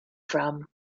from